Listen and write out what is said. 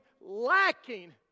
lacking